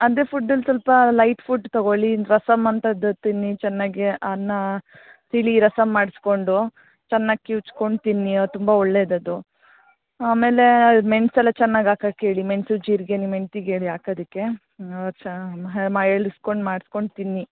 ಅದೇ ಫುಡಲ್ಲಿ ಸ್ವಲ್ಪ ಲೈಟ್ ಫುಡ್ ತಗೋಳ್ಳಿ ಇನ್ನು ರಸಮ್ ಅಂತದ್ದು ತಿನ್ನಿ ಚೆನ್ನಾಗಿ ಅನ್ನ ತಿಳಿ ರಸಮ್ ಮಾಡಿಸ್ಕೊಂಡು ಚೆನ್ನಾಗಿ ಕಿವ್ಚ್ಕೊಂಡು ತಿನ್ನಿ ಅದು ತುಂಬಾ ಒಳ್ಳೇದು ಅದು ಆಮೇಲೇ ಮೆಣ್ಸು ಎಲ್ಲ ಚೆನ್ನಾಗಿ ಹಾಕಾಕ್ ಹೇಳಿ ಮೆಣ್ಸು ಜೀರಿಗೆ ನಿಮ್ಮ ಹೆಣ್ತಿಗೆ ಹೇಳಿ ಹಾಕದಿಕ್ಕೆ ಚೆನ್ನಾಗಿ ಹೇಳ್ಸ್ಕೊಂಡು ಮಾಡ್ಸ್ಕೊಂಡು ತಿನ್ನಿ